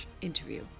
interview